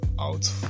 out